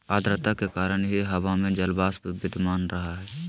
आद्रता के कारण ही हवा में जलवाष्प विद्यमान रह हई